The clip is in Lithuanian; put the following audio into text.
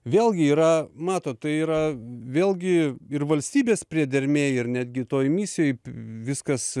vėlgi yra matot tai yra vėlgi ir valstybės priedermė ir netgi toj misijoj viskas